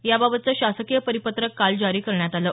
याबाबतचं शासकीय परिपत्रक काल जारी करण्यात आलं